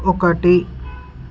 ఒకటి